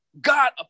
God